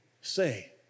say